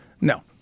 No